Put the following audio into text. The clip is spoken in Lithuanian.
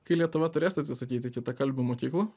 kai lietuva turės atsisakyti kitakalbių mokyklų